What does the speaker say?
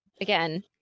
Again